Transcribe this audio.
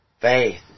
Faith